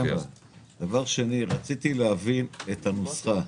דבר שני, רציתי להבין את הנוסחה.